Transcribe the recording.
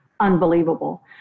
Unbelievable